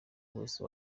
wese